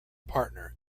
partner